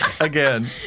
Again